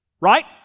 Right